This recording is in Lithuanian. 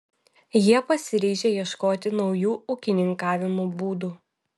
jie pasiryžę ieškoti naujų ūkininkavimo būdų